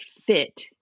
fit